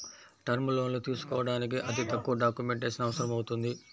term లోన్లు తీసుకోడానికి అతి తక్కువ డాక్యుమెంటేషన్ అవసరమవుతుంది